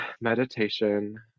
meditation